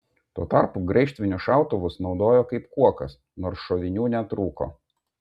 tuo tarpu graižtvinius šautuvus naudojo kaip kuokas nors šovinių netrūko